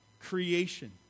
creation